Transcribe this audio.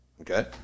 Okay